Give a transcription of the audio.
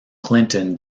clinton